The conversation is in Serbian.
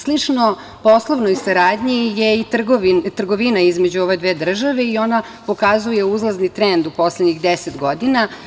Slično poslovnoj saradnji je i trgovina između ove države i ona pokazuje uzlazni trend u poslednjih 10 godina.